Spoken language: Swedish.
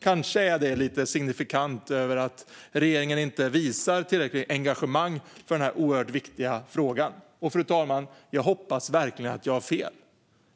Kanske är detta lite signifikant för att regeringen inte visar tillräckligt engagemang i denna viktiga fråga. Fru talman! Jag hoppas att jag har fel.